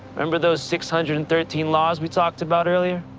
remember those six hundred and thirteen laws we talked about earlier?